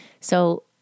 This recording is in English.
So-